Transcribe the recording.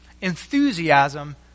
enthusiasm